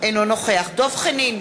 אינו נוכח דב חנין,